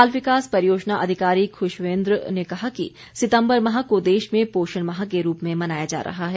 बाल विकास परियोजना अधिकारी खुशवेंद्र ने कहा कि सितम्बर माह को देश में पोषण माह के रूप में मनाया जा रहा है